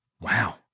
Wow